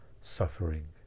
suffering